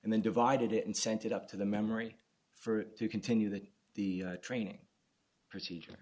and then divided it and sent it up to the memory for it to continue that the training procedure